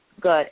good